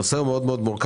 הנושא מאוד מורכב,